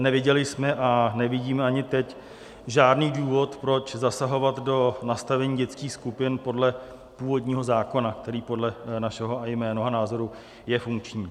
Neviděli jsme a nevidíme ani teď žádný důvod, proč zasahovat do nastavení dětských skupin podle původního zákona, který podle našeho i mého názoru je funkční.